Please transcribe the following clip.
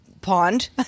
pond